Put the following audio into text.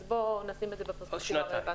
אז בואו נשים את זה ב- -- שיהיה רלבנטי.